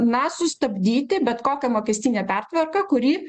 na sustabdyti bet kokią mokestinę pertvarką kuri